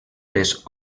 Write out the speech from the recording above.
les